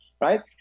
right